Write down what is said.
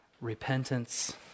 repentance